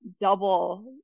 double